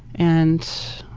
and,